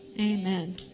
amen